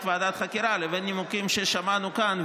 ועדת חקירה לבין נימוקים ששמענו כאן,